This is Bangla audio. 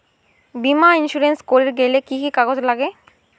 বীমা ইন্সুরেন্স করির গেইলে কি কি কাগজ নাগে?